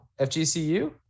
FGCU